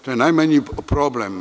To je najmanji problem.